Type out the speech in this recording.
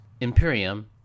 Imperium